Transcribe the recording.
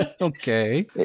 Okay